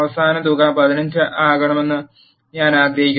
അവസാന തുക 15 ആകണമെന്ന് ഞാൻ ആഗ്രഹിക്കുന്നു